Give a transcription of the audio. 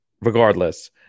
Regardless